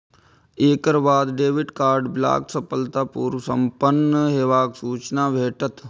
एकर बाद debit card block सफलतापूर्व संपन्न हेबाक सूचना भेटत